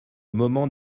moment